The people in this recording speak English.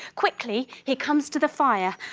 quickly he comes to the fire,